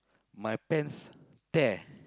my pants tear